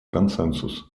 консенсус